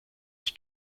ich